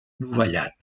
dovellat